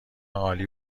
عالی